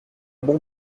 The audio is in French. bon